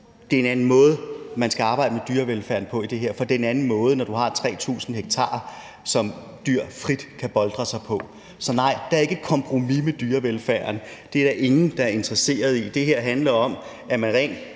Det er en anden måde, man skal arbejde med dyrevelfærden på i det her, for det er en anden måde, når du har 3.000 ha, som dyr frit kan boltre sig på. Så nej, det er ikke et kompromis med dyrevelfærden, det er der ingen der er interesseret i. Det her handler om, at man rent